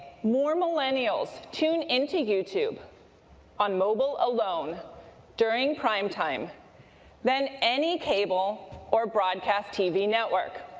more millennials tune into youtube on mobile alone during prime time than any cable or broadcast tv network.